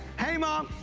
hey mom!